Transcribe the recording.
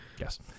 Yes